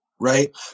right